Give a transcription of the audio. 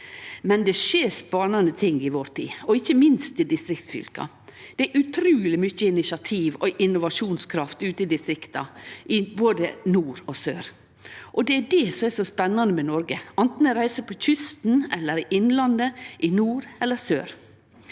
skjer det spanande ting i vår tid, ikkje minst i distriktsfylka. Det er utruleg mykje initiativ og innovasjonskraft ute i distrikta, i både nord og sør. Det er det som er så spanande med Noreg, anten ein reiser på kysten eller i innlandet, i nord eller sør.